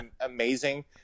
amazing